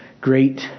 great